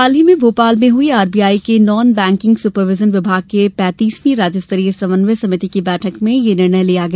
हाल में ही भोपाल में हुई आरबीआई के नॉन बैंकिंग सूपरविजन विभाग के पेंतीसवीं राज्य स्तरीय समन्वय समिति की बैठक में यह निर्णय लिया गया